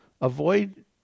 Avoid